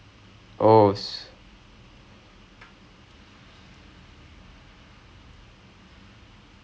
so at the end at the end வந்து:vanthu I there's this dude that I know his name is matt henderson னு சொல்லிட்டு ஒருத்தரு:nu sollittu orutharu